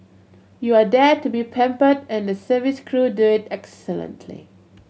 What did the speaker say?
you are there to be pampered and the service crew do it excellently